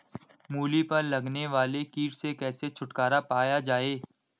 मूली पर लगने वाले कीट से कैसे छुटकारा पाया जाये?